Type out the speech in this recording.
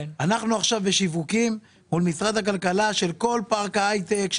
אנחנו עוסקים עכשיו בשיווקים של כל פארק ההייטק,